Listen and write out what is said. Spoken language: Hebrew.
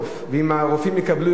ואם הרופאים יקבלו יותר,